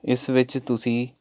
ਇਸ ਵਿੱਚ ਤੁਸੀਂ